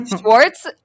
Schwartz